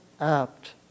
apt